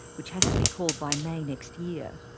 which has to be called by may next year.